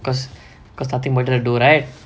because because nothing to do right